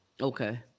Okay